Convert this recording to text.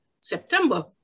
September